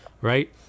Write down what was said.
Right